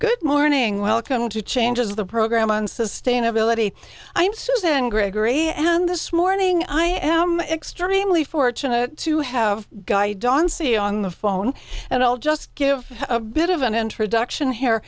good morning welcome to changes the program on sustainability i'm susan gregory and this morning i am extremely fortunate to have guy don c on the phone and i'll just give a bit of an introduction hair